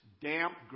damp